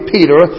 Peter